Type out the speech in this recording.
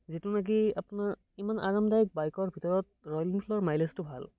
যিটো নেকি আপোনাৰ ইমান আৰামদায়ক বাইকৰ ভিতৰত ৰয়েল এনফিল্ডৰ মাইলেচটো ভাল